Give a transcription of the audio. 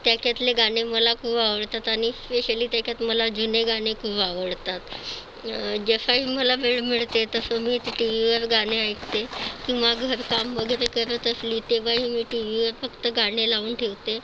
त्याच्यातले गाणे मला खूव आवडतात आणि स्पेशली त्याच्यात मला जुने गाणे खूव आवडतात जसाही मला वेळ मिळते तसं मी टी वीवर गाणे ऐकते किंवा घरकाम वगैरे करत असली तेव्हाही मी टी वीवर फक्त गाणे लावून ठेवते